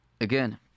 again